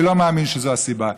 אני לא מאמין שזו הסיבה.